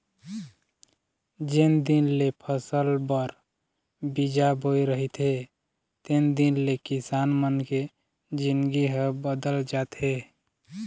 जेन दिन ले फसल बर बीजा बोय रहिथे तेन दिन ले किसान मन के जिनगी ह बदल जाथे